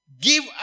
give